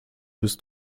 bist